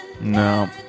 No